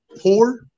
poor